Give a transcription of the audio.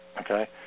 okay